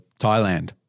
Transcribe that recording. Thailand